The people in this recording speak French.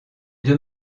deux